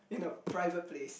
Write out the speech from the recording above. in a private place